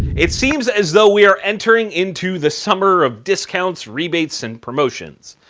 it seems as though we are entering into the summer of discounts, rebates and promotions.